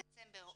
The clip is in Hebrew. דצמבר,